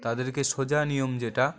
তাদেরকে সোজা নিয়ম যেটা